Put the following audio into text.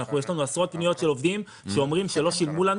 יש לנו עשרות פניות של עובדים שאומרים לא שילמו לנו